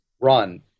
run